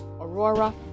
Aurora